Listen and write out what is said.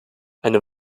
eine